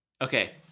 okay